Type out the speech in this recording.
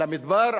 למדבר,